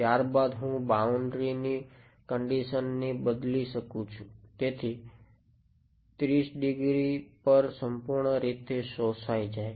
ત્યાબાદ હું બાઉન્ડ્રી ની કંડીશન ને બદલી શકું છું જેથી પર સંપૂર્ણરીતે શોષાય જાય